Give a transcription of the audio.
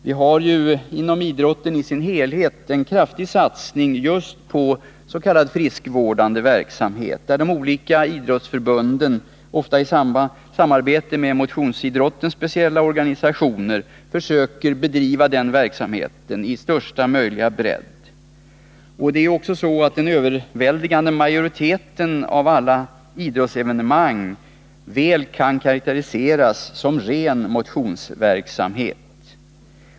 Det pågår ju inom idrotten i sin helhet en kraftig satsning just på s.k. friskvårdande verksamhet, där de olika idrottsförbunden, ofta i samarbete med motionsidrottens speciella organisationer, försöker bedriva sådan verksamhet med största möjliga bredd. Den överväldigande majoriteten av alla idrottsevenemang kan mycket väl karakteriseras som ren motionsverksamhet.